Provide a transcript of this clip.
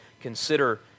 consider